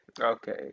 okay